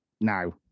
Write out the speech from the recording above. now